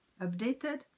updated